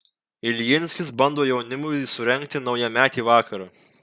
iljinskis bando jaunimui surengti naujametį vakarą